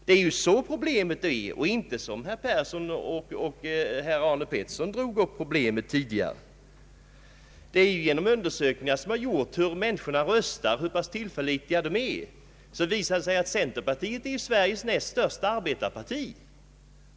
Det är så problemet är och inte så som herr Persson och herr Arne Pettersson beskrev det tidigare. Undersökningar om hur människor röstar — hur pass tillförlitliga de nu är — visar att centerpartiet är Sveriges näst största arbetarparti.